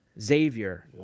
Xavier